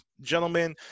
gentlemen